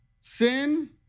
sin